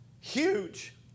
huge